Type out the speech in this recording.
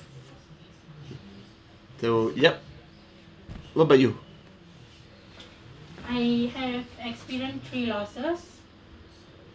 so yup what about you